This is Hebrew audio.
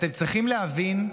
אתם צריכים להבין,